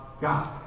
God